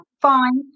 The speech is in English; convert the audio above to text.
fine